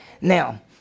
Now